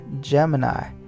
Gemini